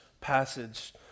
passage